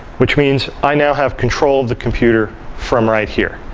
which means i now have control of the computer from right here.